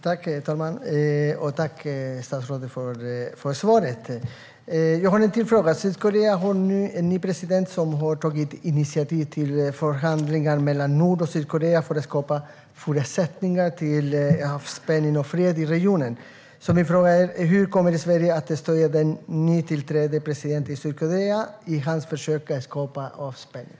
Herr talman! Tack, statsrådet, för svaret! Jag har en fråga till. Sydkorea har nu en ny president som har tagit initiativ till förhandlingar mellan Nord och Sydkorea för att skapa förutsättningar för avspänning och fred i regionen. Min fråga är: Hur kommer Sverige att stödja den nytillträdde presidenten i Sydkorea i hans försök att skapa avspänning?